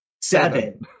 seven